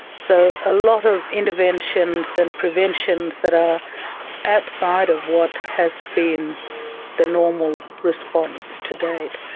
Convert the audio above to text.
so a lot of interventions and preventions that are outside of what has been the normal response to date.